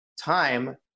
time